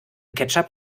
ketchup